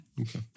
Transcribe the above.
okay